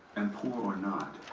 and poor or not,